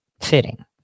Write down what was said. Fitting